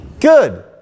Good